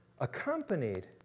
accompanied